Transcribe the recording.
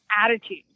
attitude